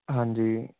ਹਾਂਜੀ